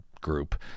group